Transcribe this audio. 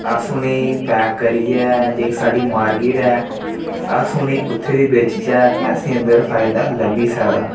अस उ'नेंगी पैक करियै जेह्की साढ़ी मार्किट ऐ अस उनेंगी उत्थै बी बेचचै ते असेंगी उद्धर फायदा लब्भी सकदा